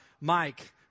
Mike